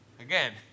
again